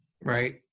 right